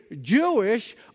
Jewish